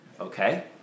Okay